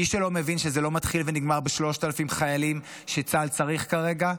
מי שלא מבין שזה לא מתחיל ונגמר ב-3,000 חיילים שצה"ל צריך כרגע,